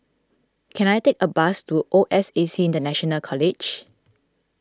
can I take a bus to O S A C International College